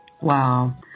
Wow